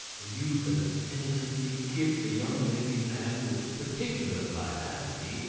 the youth as innocently kissed the young lady's hand with particular vivacity,